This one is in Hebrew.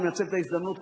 אני מנצל את ההזדמנות,